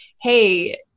hey